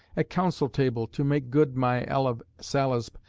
at council table to make good my l. of salisb.